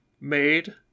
made